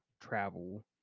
travel